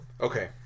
okay